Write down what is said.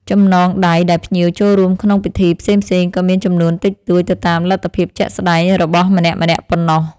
ចំណងដៃដែលភ្ញៀវចូលរួមក្នុងពិធីផ្សេងៗក៏មានចំនួនតិចតួចទៅតាមលទ្ធភាពជាក់ស្ដែងរបស់ម្នាក់ៗប៉ុណ្ណោះ។